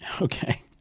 Okay